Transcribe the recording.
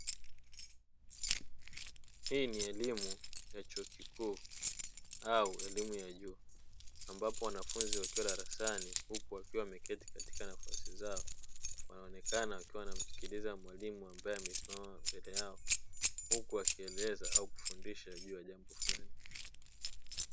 Hii ni elimu ya chuo kikuu au ni elimu ya juu, ambapo wanafunzi wakiwa darasani huku wakiwa wameketi katika nafasi zao, wanaonekana wakiwa wanamsikiliza Mwalimu ambaye amesimama mbele yao huku akieleza au kufundisha kwa ajili ya jambo fulani.